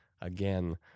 again